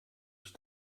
ich